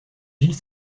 gilles